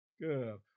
Good